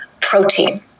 protein